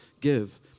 give